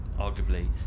arguably